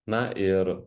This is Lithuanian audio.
na ir